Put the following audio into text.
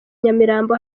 nyamirambo